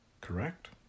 correct